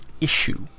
issue